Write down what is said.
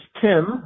Tim